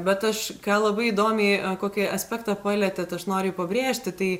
bet aš ką labai įdomiai a kokį aspektą palietėt aš noriu jį pabrėžti tai